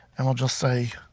and we'll just say